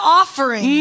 offering